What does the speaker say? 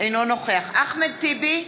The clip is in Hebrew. אינו נוכח יואל חסון, אינו נוכח אחמד טיבי,